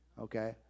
Okay